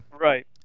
Right